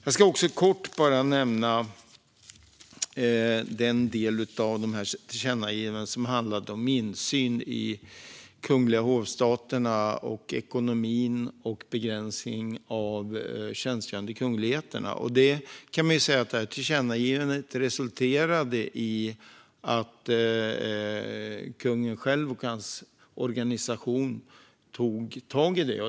Jag ska också kort nämna den del av de här tillkännagivandena som handlar om insyn i Kungliga Hovstaterna, ekonomin och begränsning av antalet tjänstgörande kungligheter. Man kan säga att det här tillkännagivandet resulterade i att kungen själv och hans organisation tog tag i det.